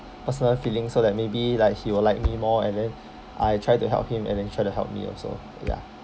personal feeling so that maybe like he will like me more and then I try to help him and he try to help me also ya